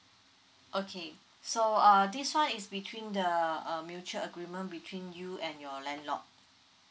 okay so err this one is between the uh mutual agreement between you and your landlord